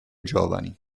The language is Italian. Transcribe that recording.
giovani